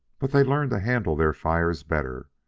but they learned to handle their fires better,